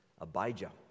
Abijah